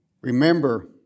Remember